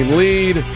lead